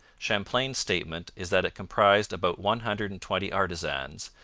champlain's statement is that it comprised about one hundred and twenty artisans,